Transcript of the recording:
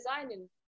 designing